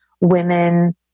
women